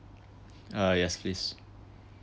ah yes please